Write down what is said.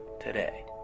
today